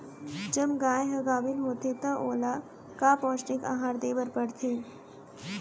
जब गाय ह गाभिन होथे त ओला का पौष्टिक आहार दे बर पढ़थे?